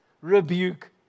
rebuke